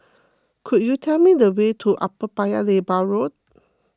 could you tell me the way to Upper Paya Lebar Road